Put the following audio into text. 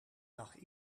dag